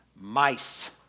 mice